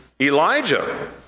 Elijah